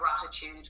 gratitude